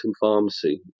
Pharmacy